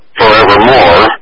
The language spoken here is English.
forevermore